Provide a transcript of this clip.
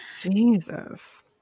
Jesus